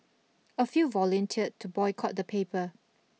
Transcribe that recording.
a few volunteered to boycott the paper